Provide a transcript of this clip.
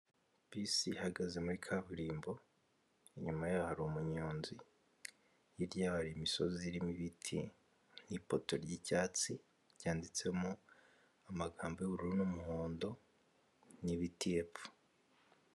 Bisi ihagaze muri kaburimbo, inyuma yaho hari umunyonzi, hirya imisozi irimo ibiti nk'ipoto ry'icyatsi ryanyanditsemo amagambo y'ubururu n'umuhondo n'ibiti yepfo.